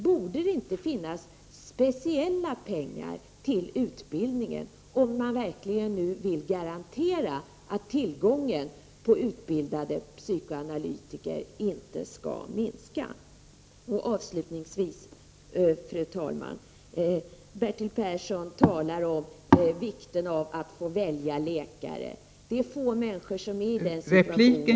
Borde det inte finnas speciella pengar till utbildningen om man verkligen vill garantera att tillgången på utbildade psykoanalytiker inte skall minska. Avslutningsvis, fru talman, talade Bertil Persson om vikten av att människor får välja läkare. Det är få människor som är i den situationen.